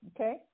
Okay